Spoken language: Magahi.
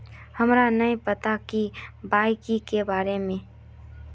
हमरा नहीं पता के.वाई.सी के बारे में?